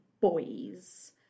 boys